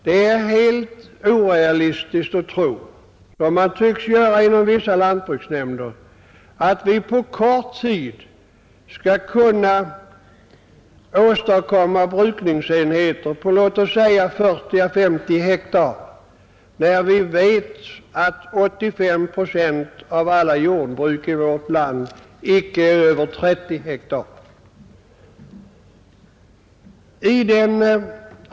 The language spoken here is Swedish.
Det är helt orealistiskt att tro, som man tycks göra inom vissa lantbruksnämnder, att vi på kort tid skall kunna åstadkomma brukningsenheter på låt oss säga 40 å 50 hektar, när vi vet att 85 procent av alla jordbruk i vårt land icke är över 30 hektar.